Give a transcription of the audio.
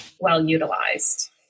well-utilized